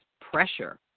pressure